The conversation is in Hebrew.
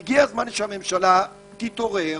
והגיע הזמן שהממשלה תתעורר